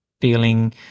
feeling